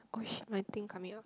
oh shit my thing coming out